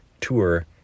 tour